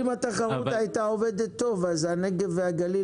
אם התחרות הייתה עובדת טוב אז הנגב והגליל